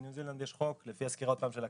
בניו זילנד יש חוק לפי הסקירה של הכנסת,